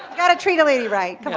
got to the lady right,